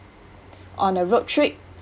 on a road trip